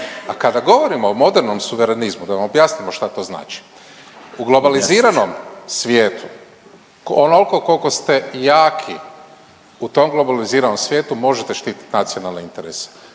A kada govorimo o modernom suverenizmu da vam objasnimo što to znači. U globaliziranom svijetu onoliko koliko ste jaki u tom globaliziranom svijetu možete štititi nacionalne interese.